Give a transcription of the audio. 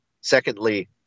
Secondly